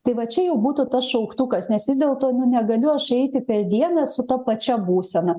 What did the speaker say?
tai va čia jau būtų tas šauktukas nes vis dėlto nu negaliu aš eiti per dieną su ta pačia būsena